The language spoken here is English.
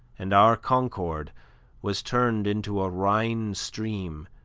and our concord was turned into a rhine stream,